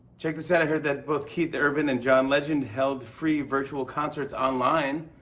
check this out i heard that both keith urban and john legend held free virtual concerts online.